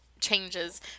changes